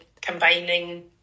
combining